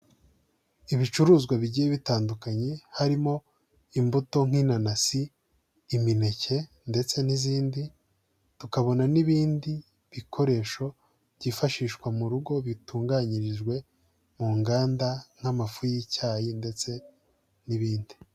Ibicuruzwa bigiye bitandukanye harimo imbuto nk'inanasi, imineke ndetse n'izindi, tukabona n'ibindi bikoresho byifashishwa mu rugo bitunganyirijwe mu nganda nk'amafu y'icyayi ndetse n'ibindi.